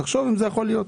תחשוב אם זה יכול להיות.